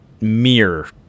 mere